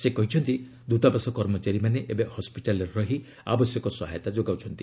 ସେ କହିଛନ୍ତି ଦୃତାବାସ କର୍ମଚାରୀମାନେ ଏବେ ହସ୍କିଟାଲରେ ରହି ଆବଶ୍ୟକ ସହାୟତା ଯୋଗାଉଛନ୍ତି